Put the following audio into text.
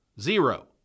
Zero